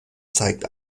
zeigt